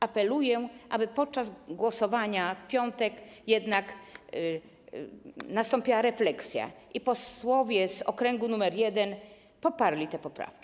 Apeluję, aby podczas głosowania w piątek jednak nastąpiła refleksja i posłowie z okręgu nr 1 poparli te poprawki.